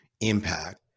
impact